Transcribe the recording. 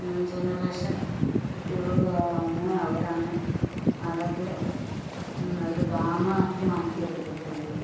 new generation കുട്ടികളൊക്കെ വന്ന് അവരാണ് അതൊക്കെ ഒരു ഡാമാക്കി മാറ്റിയെടുത്തിട്ടുള്ളത്